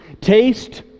taste